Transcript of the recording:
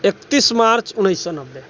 एकतीस मार्च उन्नैस सए नब्बे